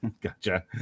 Gotcha